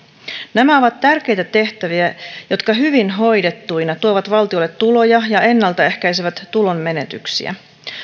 nämä ovat tärkeitä tehtäviä jotka hyvin hoidettuina tuovat valtiolle tuloja ja ennaltaehkäisevät tulonmenetyksiä